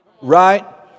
Right